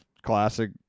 classic